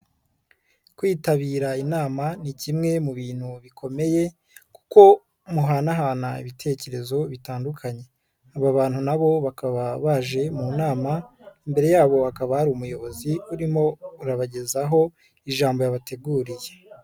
Kwitabira inama ni kimwe mu bintu bikomeye kuko muhanahana ibitekerezo bitandukanye, aba bantu nabo bakaba baje mu nama, imbere yabo akaba hari umuyobozi urimo urabagezaho ijambo yabateguriye.